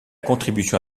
contribution